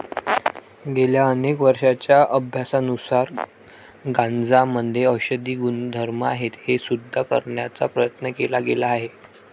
गेल्या अनेक वर्षांच्या अभ्यासानुसार गांजामध्ये औषधी गुणधर्म आहेत हे सिद्ध करण्याचा प्रयत्न केला गेला आहे